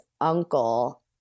uncle